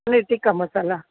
paneer tikka મસાલા